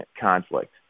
conflict